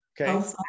Okay